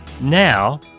Now